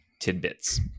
tidbits